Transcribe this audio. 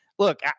Look